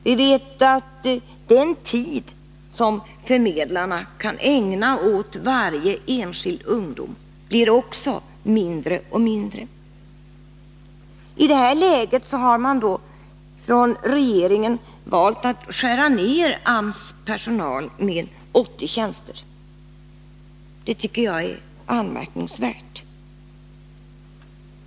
Vi vet att den tid som förmedlarna kan ägna åt varje enskild ung människa också blir mindre och mindre. I detta läge har regeringen valt att skära ner AMS personalstyrka med 80 tjänster. Det tycker jag är anmärkningsvärt.